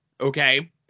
okay